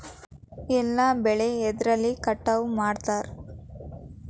ಎಲ್ಲ ಬೆಳೆ ಎದ್ರಲೆ ಕಟಾವು ಮಾಡ್ತಾರ್?